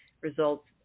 results